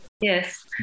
yes